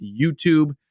YouTube